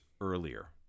earlier